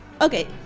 okay